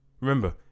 remember